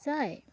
যায়